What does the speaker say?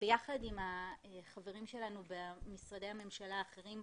ביחד עם החברים שלנו במשרדי הממשלה האחרים,